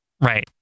Right